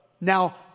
now